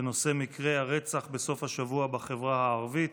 בנושא: מקרי הרצח בסוף השבוע בחברה הערבית.